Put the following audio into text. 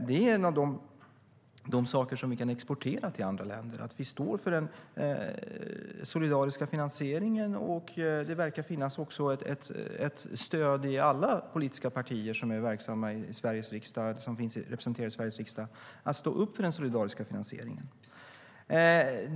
Det är en av de saker som vi kan exportera till andra länder. Vi står för en solidarisk finansiering, och det verkar finnas ett stöd i alla politiska partier som finns representerade i Sveriges riksdag, att man står upp för den solidariska finansieringen.